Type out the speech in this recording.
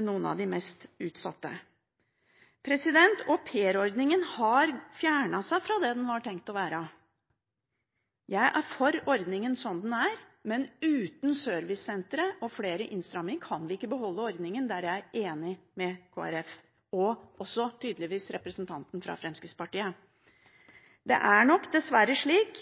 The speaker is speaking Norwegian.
noen av de mest utsatte. Aupairordningen har fjernet seg fra det den var tenkt å være. Jeg er for ordningen sånn som den er, men uten servicesenteret og flere innstramminger kan vi ikke beholde den. Der er jeg enig med Kristelig Folkeparti og også – tydeligvis – representanten fra Fremskrittspartiet. Det er nok dessverre slik